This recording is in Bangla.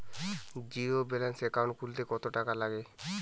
জীরো ব্যালান্স একাউন্ট খুলতে কত টাকা লাগে?